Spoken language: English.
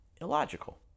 illogical